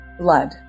Blood